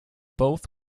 both